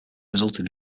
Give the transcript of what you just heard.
resulted